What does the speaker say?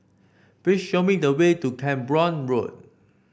please show me the way to Camborne Road